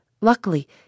Luckily